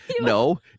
no